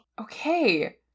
Okay